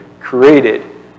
created